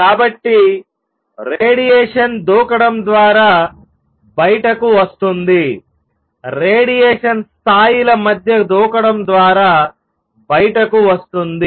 కాబట్టి రేడియేషన్ దూకడం ద్వారా బయటకు వస్తుంది రేడియేషన్ స్థాయిలలెవల్ మధ్య దూకడం ద్వారా బయటకు వస్తుంది